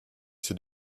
c’est